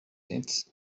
its